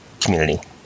community